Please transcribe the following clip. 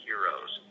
heroes